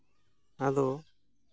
ᱟᱫᱚ